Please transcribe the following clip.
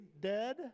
dead